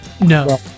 no